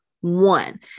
one